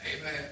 Amen